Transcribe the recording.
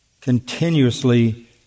continuously